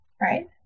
right